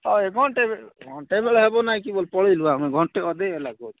ହଏ ଘଣ୍ଟେ ଘଣ୍ଟେ ବେଳେ ହେବ ନାହିଁକି ବୋଲି ଆମେ ପଳାଇଲୁ ଆମେ ଘଣ୍ଟେ ଅଧେ ହେଲା କି